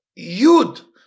yud